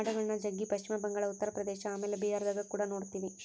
ಆಡುಗಳ್ನ ಜಗ್ಗಿ ಪಶ್ಚಿಮ ಬಂಗಾಳ, ಉತ್ತರ ಪ್ರದೇಶ ಆಮೇಲೆ ಬಿಹಾರದಗ ಕುಡ ನೊಡ್ತಿವಿ